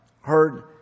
heard